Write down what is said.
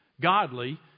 Godly